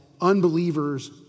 unbelievers